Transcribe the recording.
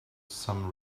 some